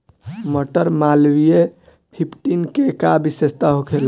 मटर मालवीय फिफ्टीन के का विशेषता होखेला?